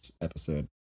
episode